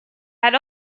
had